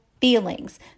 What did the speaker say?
feelings